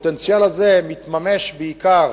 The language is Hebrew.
הפוטנציאל הזה מתממש בעיקר